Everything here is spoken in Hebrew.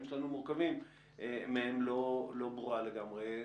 שלנו מורכבים מהם לא ברורה לגמרי.